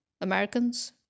americans